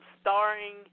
starring